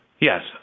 Yes